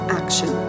action